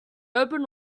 open